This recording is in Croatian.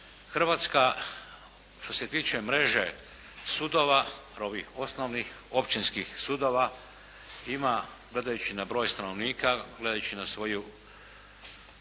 Hrvatska što se tiče mreže sudova, barem ovih osnovnih općinskih sudova ima gledajući na broj stanovnika, gledajući na svoju